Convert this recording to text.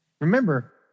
Remember